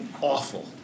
awful